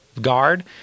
guard